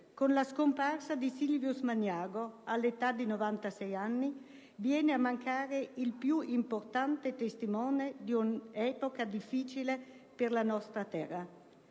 con la scomparsa di Silvius Magnago, all'età di 96 anni, viene a mancare il più importante testimone di un'epoca difficile per la nostra terra.